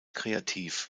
kreativ